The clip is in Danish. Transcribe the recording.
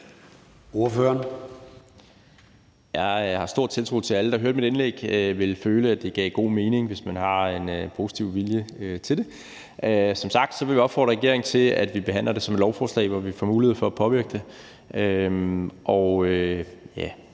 Jeg har stor tiltro til, at alle, der hørte mit indlæg, vil føle, at det gav god mening, hvis man har en positiv vilje til det. Som sagt vil vi opfordre regeringen til, at vi behandler det som et lovforslag, hvor vi får mulighed for at påvirke det,